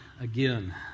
again